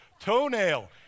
Toenail